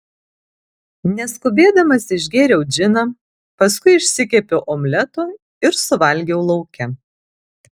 neskubėdamas išgėriau džiną paskui išsikepiau omleto ir suvalgiau lauke